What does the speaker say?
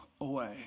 away